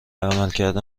عملکرد